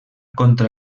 contra